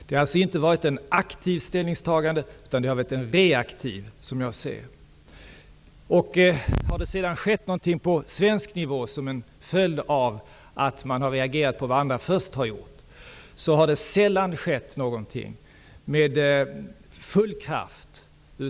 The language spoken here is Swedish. Det har alltså inte gjorts något aktivt ställningstagande, utan det har varit fråga om ett reaktivt ställningstagande, som jag ser det. Om det har skett någonting på svensk nivå, som en följd av att man har reagerat på vad andra först har gjort, har det sällan skett någonting med full kraft.